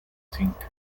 cinta